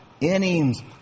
innings